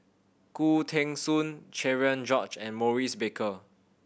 Khoo Teng Soon Cherian George and Maurice Baker